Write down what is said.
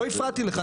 לא הפרעתי לך.